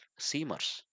seamers